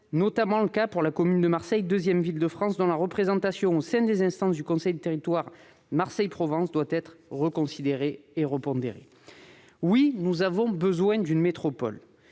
notamment le cas pour la commune de Marseille, deuxième ville de France, dont la représentation au sein des instances du conseil de territoire Marseille-Provence doit être reconsidérée et repondérée. Oui, nous avons besoin d'une métropole,